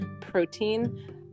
protein